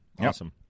Awesome